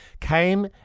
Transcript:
came